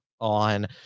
on